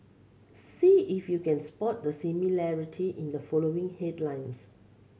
see if you can spot the similarity in the following headlines